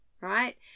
Right